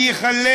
אני אחלק